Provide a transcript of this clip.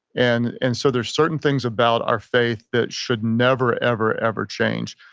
and and so there's certain things about our faith that should never ever ever change.